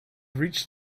reached